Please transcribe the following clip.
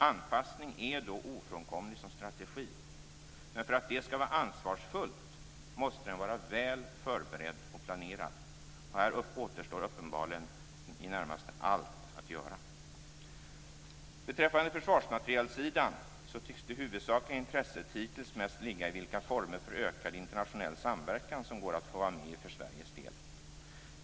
Anpassning är då ofrånkomlig som strategi. Men för att det skall vara ansvarsfullt måste den vara väl förberedd och planerad. Här återstår uppenbarligen i det närmaste allt att göra. Beträffande försvarsmaterielsidan tycks det huvudsakliga intresset hittills mest ligga i vilka former för ökad internationell samverkan som går att få vara med i för Sveriges del.